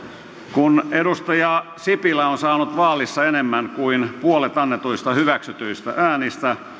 kun edustaja juha sipilä on saanut vaalissa enemmän kuin puolet annetuista hyväksytyistä äänistä